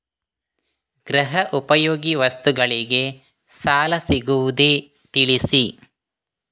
ಗೃಹ ಉಪಯೋಗಿ ವಸ್ತುಗಳಿಗೆ ಸಾಲ ಸಿಗುವುದೇ ತಿಳಿಸಿ?